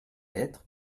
lettres